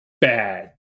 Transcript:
bad